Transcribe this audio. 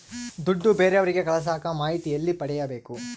ದುಡ್ಡು ಬೇರೆಯವರಿಗೆ ಕಳಸಾಕ ಮಾಹಿತಿ ಎಲ್ಲಿ ಪಡೆಯಬೇಕು?